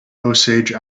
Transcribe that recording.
osage